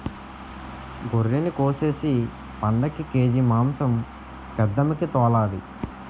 గొర్రినికోసేసి పండక్కి కేజి మాంసం పెద్దమ్మికి తోలాలి